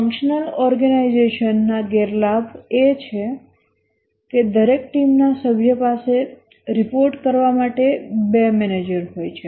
functional ઓર્ગેનાઈઝેશનના ગેરલાભ એ છે કે દરેક ટીમના સભ્ય પાસે રિપોર્ટ કરવા માટે બે મેનેજર હોય છે